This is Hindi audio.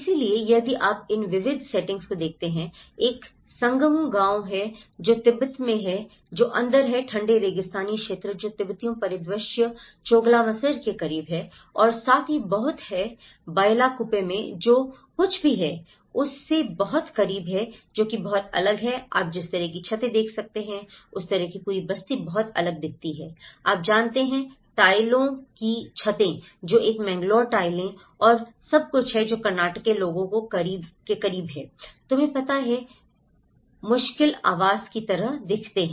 इसलिए यदि आप इन विविध सेटिंग्स को देखते हैं एक संगमु गांव है जो तिब्बत में है जो अंदर है ठंडे रेगिस्तानी क्षेत्र जो तिब्बती परिदृश्य चोगलामसर के करीब है और साथ ही बहुत है बायलाकुप्पे में जो कुछ भी है उससे बहुत करीब है जो कि बहुत अलग है आप जिस तरह की छतें देख सकते हैं उस तरह की पूरी बस्ती बहुत अलग दिखती है आप जानते हैं टाइलों की छतें जो एक मैंगलोर टाइलें और सब कुछ है जो कर्नाटक के लोगों के करीब है तुम्हें पता है मुश्किल आवास की तरह दिखते हैं